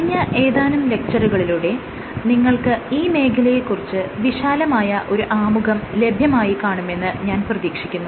കഴിഞ്ഞ ഏതാനും ലെക്ച്ചറുകളിലൂടെ നിങ്ങൾക്ക് ഈ മേഖലയെക്കുറിച്ച് വിശാലമായ ഒരു ആമുഖം ലഭ്യമായി കാണുമെന്ന് ഞാൻ പ്രതീക്ഷിക്കുന്നു